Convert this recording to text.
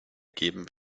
geben